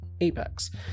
apex